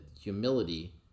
humility